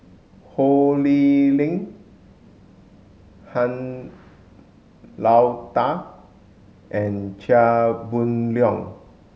Ho Lee Ling Han Lao Da and Chia Boon Leong